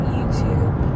YouTube